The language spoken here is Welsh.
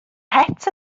het